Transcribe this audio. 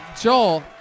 Joel